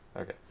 Okay